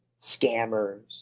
scammers